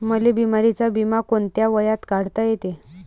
मले बिमारीचा बिमा कोंत्या वयात काढता येते?